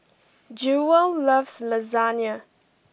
Jewel loves Lasagne